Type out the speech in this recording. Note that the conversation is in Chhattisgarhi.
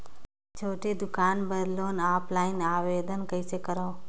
छोटे दुकान बर लोन ऑफलाइन आवेदन कइसे करो?